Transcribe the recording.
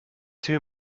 two